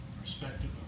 perspective